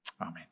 Amen